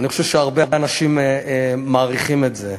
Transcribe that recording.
אני חושב שהרבה אנשים מעריכים את זה.